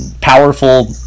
powerful